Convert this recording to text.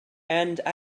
and